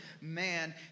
man